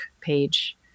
page